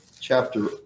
chapter